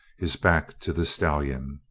his back to the stallion.